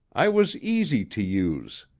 i was easy to use.